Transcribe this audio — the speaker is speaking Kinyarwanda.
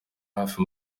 hafi